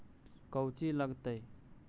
कौची लगतय?